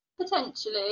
Potentially